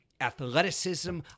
athleticism